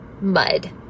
mud